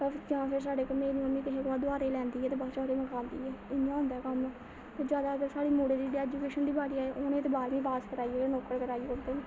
फिर साढ़े मेरी मम्मी कोहे कोला दुआरे लैंदी ऐ ते बाच ओह्दे मकांदी ऐ इ'यां होंदा ऐ कम्म जादै अगर साढ़े मुड़े दी ऐजुकेशन दी बारी आई उ'नें ते बारह्मीं पास कराइयै ते नौकर कराई ओड़े दे न